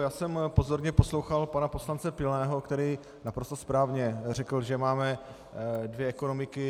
Já jsem pozorně poslouchal pana poslance Pilného, který naprosto správně řekl, že máme dvě ekonomiky.